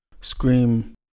scream